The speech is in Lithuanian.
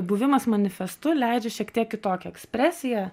buvimas manifestu leidžia šiek tiek kitokią ekspresiją